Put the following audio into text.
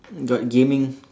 got gaming